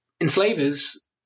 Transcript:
enslavers